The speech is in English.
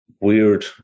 weird